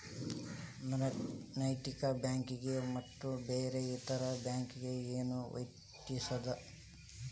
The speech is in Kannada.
ನೈತಿಕ ಬ್ಯಾಂಕಿಗೆ ಮತ್ತ ಬ್ಯಾರೆ ಇತರೆ ಬ್ಯಾಂಕಿಗೆ ಏನ್ ವ್ಯತ್ಯಾಸದ?